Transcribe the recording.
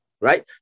right